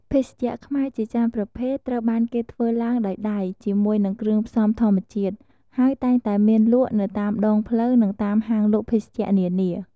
ភេសជ្ជៈខ្មែរជាច្រើនប្រភេទ ត្រូវបានគេធ្វើឡើងដោយដៃ ជាមួយនឹងគ្រឿងផ្សំធម្មជាតិ ហើយតែងតែមានលក់នៅតាមដងផ្លូវ និងតាមហាងលក់ភេសជ្ជៈនានា។